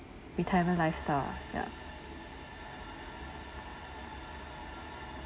retirement lifestyle ya